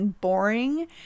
boring